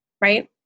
right